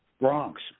Bronx